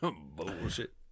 Bullshit